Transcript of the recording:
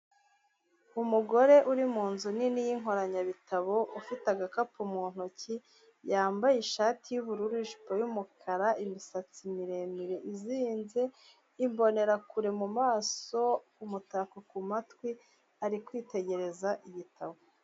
Umugore uri mu nzu nini yinkoranyabitabo ufite agakapu mu ntoki, yambaye ishati y'ubururu n'ijipo y'umukara, imisatsi miremire izinze, imbonerakure mu mumaso, umutako ku matwi ari kwitegereza igitabo.